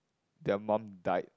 their mum died